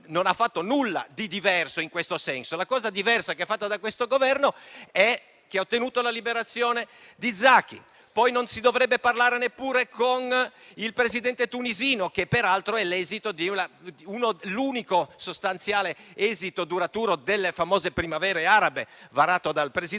senza ottenere nulla di diverso in questo senso. Il risultato diverso ottenuto da questo Governo è avere ottenuto la liberazione di Zaki. Non si dovrebbe poi parlare neppure con il Presidente tunisino, che peraltro è l'unico sostanziale esito duraturo delle famose primavere arabe varato dal presidente